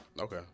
Okay